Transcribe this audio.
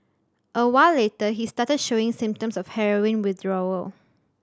a while later he started showing symptoms of heroin withdrawal